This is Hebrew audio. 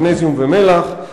מגנזיום ומלח.